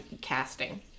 casting